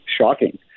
shocking